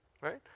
Right